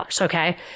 okay